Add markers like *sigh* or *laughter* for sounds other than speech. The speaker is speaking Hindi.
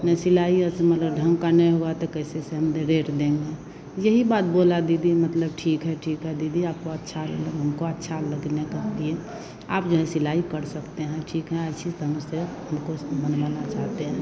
ना सिलाई अच्छी मतलब ढंग की नहीं हुई तो कैसे से हम रेट देंगे यही बात बोली दीदी मतलब ठीक है ठीक है दीदी आपको अच्छा *unintelligible* हमको अच्छा लगने तो *unintelligible* आप जो है सिलाई कर सकते हैं ठीक है अच्छी *unintelligible* हमको बनवाना चाहते हैं